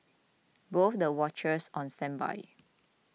both the watchers on standby